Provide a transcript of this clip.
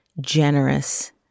generous